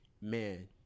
man